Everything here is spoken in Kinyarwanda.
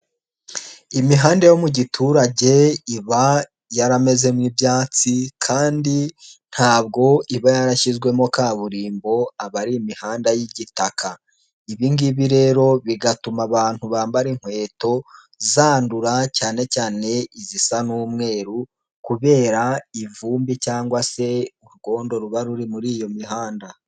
Imihanda yo mu giturage iba yaramezemo ibyatsi kandi ntabwo iba yarashyizwemo kaburimbo aba ari imihanda y'igitaka, ibi ngibi rero bigatuma abantu bambara inkweto zandura cyane cyane izisa n'umweru kubera ivumbi cyangwa se urwondo ruba ruri muri iyo mihanda.